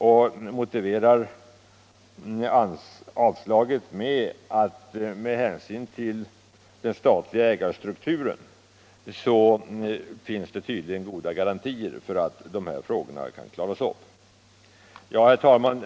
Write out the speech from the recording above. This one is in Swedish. Man motiverar avslaget med att det på grund av ägarstrukturen tydligen finns goda garantier för att problemen kan klaras upp. Herr talman!